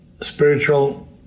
spiritual